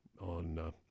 on